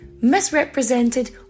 misrepresented